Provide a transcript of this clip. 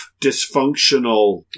dysfunctional